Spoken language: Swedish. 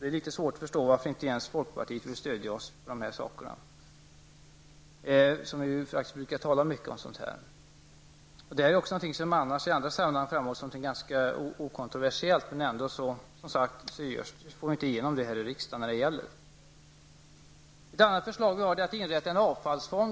Det är litet svårt att förstå varför inte ens folkpartiet, som faktiskt brukar tala mycket om sådant här, velat stödja oss i denna fråga. I andra sammanhang framhålls detta som ganska okontroversiellt, men när det gäller får vi ändå inte igenom det här i riksdagen. Vi har ett förslag om att inrätta en avfallsfond.